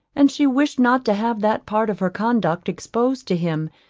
and she wished not to have that part of her conduct exposed to him,